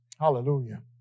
Hallelujah